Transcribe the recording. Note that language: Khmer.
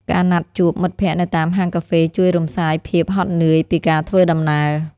ការណាត់ជួបមិត្តភក្ដិនៅតាមហាងកាហ្វេជួយរំសាយភាពហត់នឿយពីការធ្វើដំណើរ។